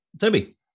Toby